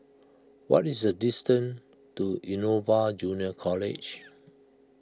what is the distance to Innova Junior College